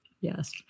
Yes